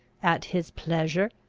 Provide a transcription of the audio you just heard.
at his pleasure,